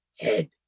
head